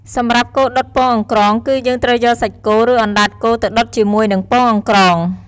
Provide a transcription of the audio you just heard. សម្រាប់គោដុតពងអង្រ្កង គឺយើងត្រូវយកសាច់គោ ឬអណ្តាតគោទៅដុតជាមួយនឹងពងអង្រ្កង។